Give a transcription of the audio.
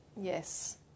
Yes